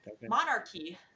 Monarchy